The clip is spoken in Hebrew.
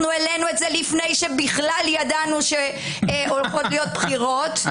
אנחנו העלינו את זה לפני שבכלל ידענו שהולכות להיות בחירות.